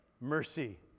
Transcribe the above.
Mercy